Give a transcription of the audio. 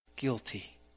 guilty